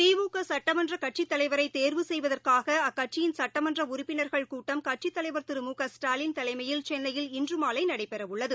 திமுகசட்டமன்றகட்சித் தலைவரைதே்வு செய்வதற்காகஅக்கட்சியின் சட்டமன்றஉறுப்பினர்கள் கூட்டம் கட்சித் தலைவர் க ஸ்டாலின் தலைமையில் சென்னையில் திரு இன்றுமாலைநடைபெறஉள்ளது